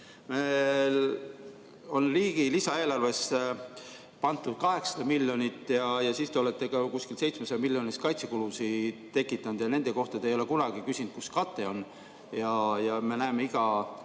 küsimus. Riigi lisaeelarvesse on pandud 800 miljonit ja siis te olete ka kuskil 700 miljonit kaitsekulusid tekitanud, aga nende kohta ei ole te kunagi küsinud, kus kate on. Me näeme iga